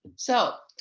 so,